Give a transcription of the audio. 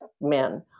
men